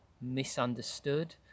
misunderstood